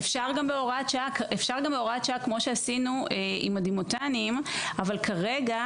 אפשר גם בהוראת שעה כמו שעשינו עם הדימותנים אבל כרגע